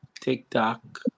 TikTok